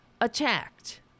attacked